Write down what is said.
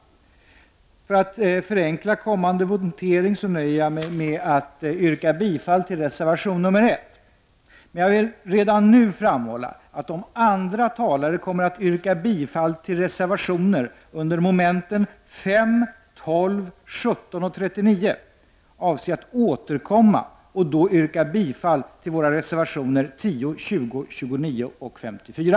För att förenkla kommande votering nöjer jag mig med att yrka bifall till reservation nr 1. Jag vill dock redan nu framhålla att om andra talare kommer att yrka bifall till reservationer under mom. 5, 12, 17 och 39 avser jag att återkomma med bifallsyrkande även till våra reservationer 10, 20, 29 och 54.